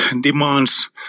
demands